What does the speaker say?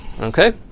Okay